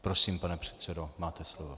Prosím, pane předsedo, máte slovo.